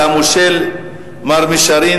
והמושל מר מישארין,